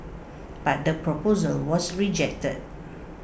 but the proposal was rejected